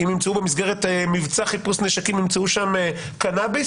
אם במסגרת מבצע חיפוש נשקים ימצאו שם קנאביס,